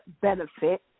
benefit